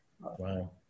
Wow